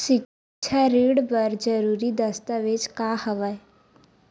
सिक्छा ऋण बर जरूरी दस्तावेज का हवय?